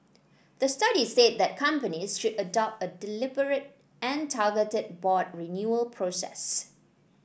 the study said that companies should adopt a deliberate and targeted board renewal process